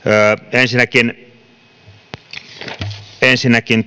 ensinnäkin ensinnäkin